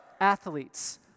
athletes